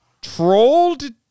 trolled